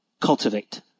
cultivate